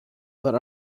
but